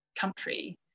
country